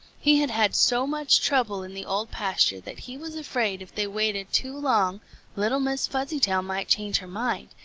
he had had so much trouble in the old pasture that he was afraid if they waited too long little miss fuzzytail might change her mind,